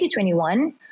2021